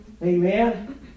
Amen